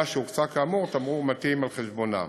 שהוקצה כאמור תמרור מתאים על חשבונה.